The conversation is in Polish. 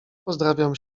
pozdrawiam